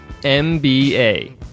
MBA